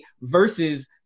versus